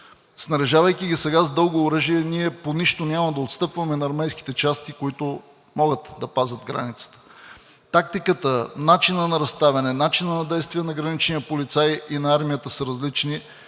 Снаряжавайки ги сега с дълго оръжие, ние по нищо няма да отстъпваме на армейските части, които могат да пазят границата. Тактиката, начинът на разставяне, начинът на действие на граничния полицай и на армията са различни.